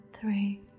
three